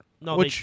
No